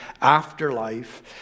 afterlife